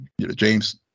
James